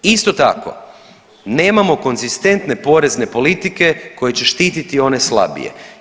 Isto tako nemamo konzistentne porezne politike koje će štiti one slabije.